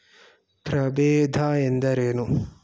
ಪ್ರಭೇದ ಎಂದರೇನು?